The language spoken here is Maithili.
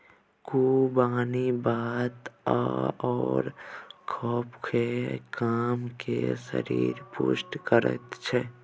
खुबानी वात आओर कफकेँ कम कए शरीरकेँ पुष्ट करैत छै